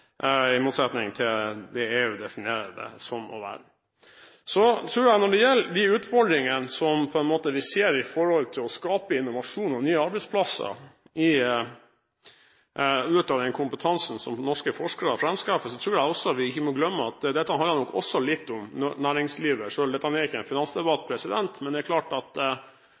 i motsetning til det EU definerer det som å være. Så tror jeg at når det gjelder de utfordringene som vi ser i forhold til å skape innovasjon og nye arbeidsplasser, i utdanning og kompetanse som norske forskere framskaffer, må vi heller ikke glemme at dette nok også handler litt om næringslivet – selv om dette ikke er en finansdebatt. Men det er klart at